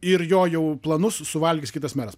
ir jo jau planus suvalgys kitas meras